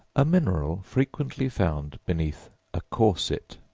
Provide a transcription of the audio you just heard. a mineral frequently found beneath a corset.